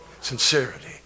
sincerity